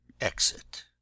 Exit